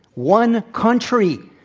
one country,